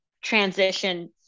transition